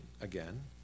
again